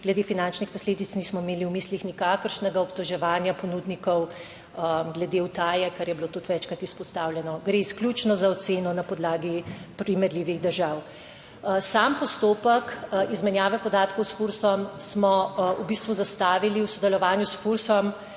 glede finančnih posledic nismo imeli v mislih nikakršnega obtoževanja ponudnikov glede utaje, kar je bilo tudi večkrat izpostavljeno. Gre izključno za oceno na podlagi primerljivih držav. Sam postopek izmenjave podatkov s Fursom smo v bistvu zastavili v sodelovanju s Fursom